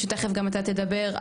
שתכף גם אתה תדבר.